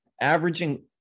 averaging